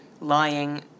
lying